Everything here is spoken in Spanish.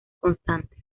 constantes